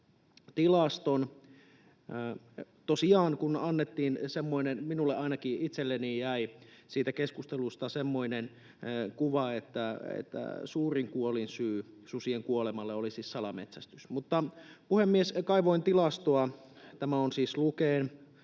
ainakin minulle itselleni jäi siitä keskustelusta semmoinen kuva — että suurin kuolinsyy susien kuolemalle olisi salametsästys. Mutta, puhemies, kaivoin tilastoa. Tämä on siis Luken